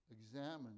examine